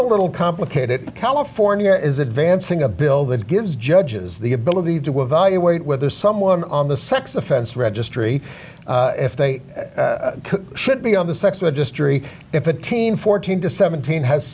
a little complicated california is advancing a bill that gives judges the ability to evaluate whether someone on the sex offense registry if they should be on the sex registry if a team fourteen to seventeen has